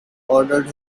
ordered